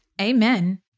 Amen